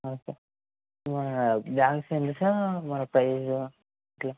sir bags ఎన్ని sir మన price ఎట్లా